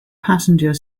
passenger